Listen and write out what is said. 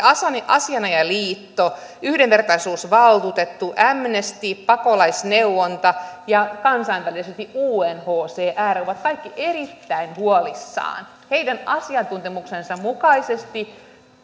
asianajajaliitto yhdenvertaisuusvaltuutettu amnesty pakolaisneuvonta ja kansainvälisesti unhcr ovat kaikki erittäin huolissaan heidän asiantuntemuksensa mukaisesti